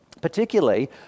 Particularly